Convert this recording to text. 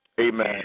Amen